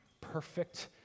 perfect